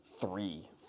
three